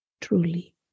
truly